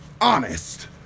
honest